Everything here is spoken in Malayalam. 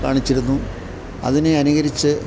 കാണിച്ചിരുന്നു അതിനെ അനുകരിച്ച്